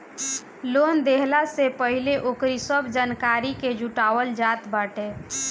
loan देहला से पहिले ओकरी सब जानकारी के जुटावल जात बाटे